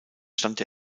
stand